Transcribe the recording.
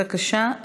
בבקשה,